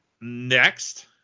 Next